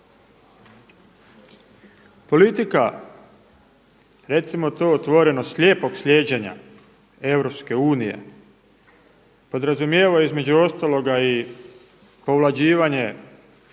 Politika recimo to otvoreno slijepog slijeđenja EU podrazumijeva između ostaloga i povlađivanje